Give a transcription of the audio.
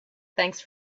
thanks